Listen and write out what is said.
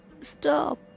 Stop